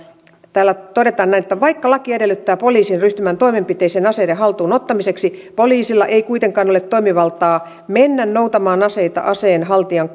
täällä todetaan näin vaikka laki edellyttää poliisin ryhtyvän toimenpiteisiin aseiden haltuun ottamiseksi poliisilla ei kuitenkaan ole toimivaltaa mennä noutamaan aseita aseenhaltijan